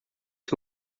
que